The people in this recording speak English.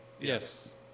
Yes